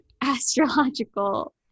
astrological